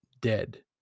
dead